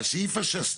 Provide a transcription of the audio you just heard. זה סעיף השסתום.